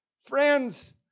Friends